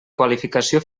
qualificació